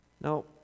Now